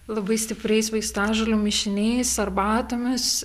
labai stipriais vaistažolių mišiniais arbatomis